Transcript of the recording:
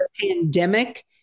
pandemic